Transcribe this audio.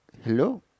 hello